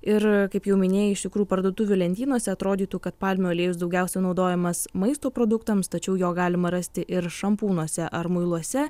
ir kaip jau minėjai iš tikrųjų parduotuvių lentynose atrodytų kad palmių aliejus daugiausiai naudojamas maisto produktams tačiau jo galima rasti ir šampūnuose ar muiluose